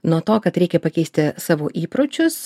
nuo to kad reikia pakeisti savo įpročius